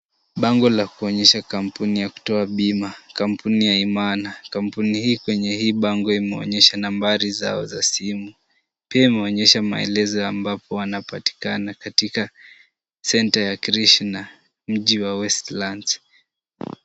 Bango la kuonyesha kampuni ya kutoa bima, kampuni ya Imana , kampuni hii kwenye hii bango imeonyesha nambari zao ya simu, pia imeonyesha mahali ambapo wanapatikana katika center ya Krishna mji wa Westlands.